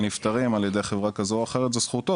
נפטרים על ידי חברה כזו או אחרת זו זכותו